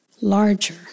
larger